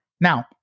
Now